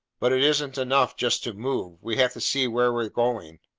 but it isn't enough just to move, we have to see where we're going!